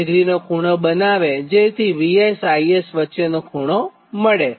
72°નો ખૂણો બનાવે છે જેથી Vs અને IS વચ્ચેનો ખૂણો મળે